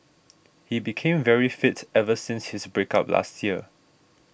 he became very fit ever since his break up last year